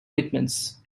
pigments